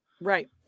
Right